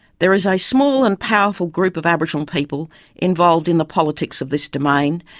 there is a small and powerful group of aboriginal people involved in the politics of this domain,